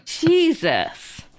Jesus